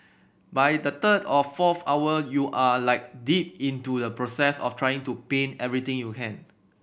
by the third of fourth hour you are like deep into the process of trying to paint everything you can